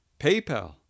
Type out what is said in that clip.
PayPal